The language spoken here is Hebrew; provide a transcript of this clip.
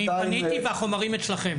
אני פניתי והחומרים אצלכם.